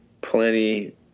plenty